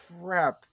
crap